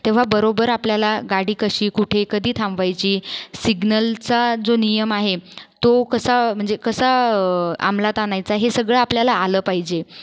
तेव्हा बरोबर आपल्याला गाडी कशी कुठे कधी थांबायची सिग्नलचा जो नियम आहे तो कसा म्हणजे कसा अमलात आणायचा हे सगळं आपल्याला आलं पाहिजे